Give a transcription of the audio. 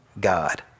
God